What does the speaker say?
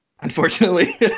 unfortunately